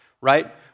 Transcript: right